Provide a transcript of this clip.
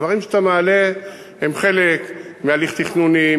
הדברים שאתה מעלה הם חלק מהליך תכנוני,